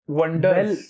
wonders